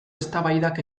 eztabaidak